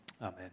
Amen